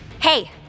Hey